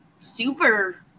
super